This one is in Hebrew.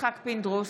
יצחק פינדרוס,